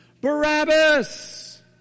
Barabbas